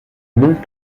mont